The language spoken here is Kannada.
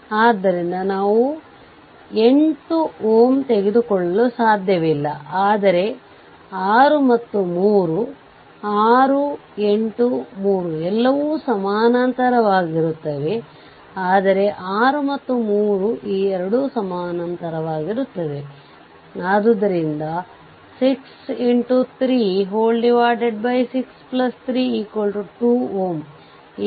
ಇದು ನಿಮಗೆ ಬಿಟ್ಟಿದ್ದು ಮತ್ತು RThevenin ತೆಗೆದುಕೊಳ್ಳುವ ಯಾವುದೇ ಮೌಲ್ಯವನ್ನು ನೀವು ಪಡೆಯುತ್ತೀರಿ ಆದರೆ ವಲಂಬಿತ ವೋಲ್ಟೇಜ್ ಅಥವಾ ವಿದ್ಯುತ್ ಮೂಲಗಳನ್ನು ಹೊಂದಿದ್ದರೆ